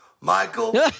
Michael